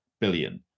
billion